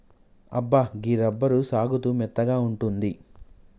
అబ్బా గీ రబ్బరు సాగుతూ మెత్తగా ఉంటుంది